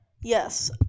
Yes